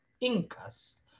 Incas